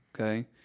Okay